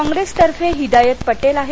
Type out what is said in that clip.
कॉप्रेसतर्फे हिदायत पटेल आहेत